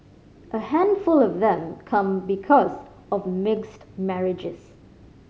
a handful of them come because of mixed marriages